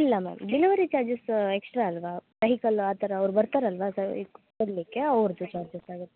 ಇಲ್ಲ ma'am delivery charges extra ಅಲ್ವಾ vehicle ಆ ಥರ ಅವ್ರು ಬರ್ತಾರಲ್ವಾ ಕೊಡ್ಲಿಕ್ಕೆ ಅವ್ರದ್ದು ಚಾರ್ಜಸ್ ಆಗತ್ತೆ